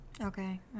Okay